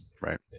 right